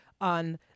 on